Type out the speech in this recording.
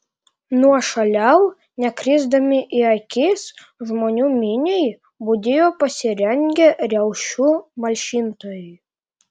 nuošaliau nekrisdami į akis žmonių miniai budėjo pasirengę riaušių malšintojai